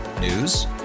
News